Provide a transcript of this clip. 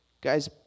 Guys